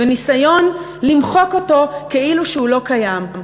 וניסיון למחוק אותו כאילו שהוא לא קיים.